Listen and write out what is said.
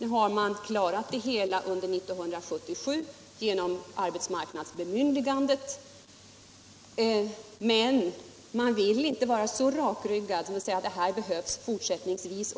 Nu har ni klarat det hela under 1977 genom arbetsmarknadsbemyndigandet, men ni vill inte vara så rakryggade och säga att det här behövs också fortsättningsvis